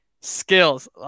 Skills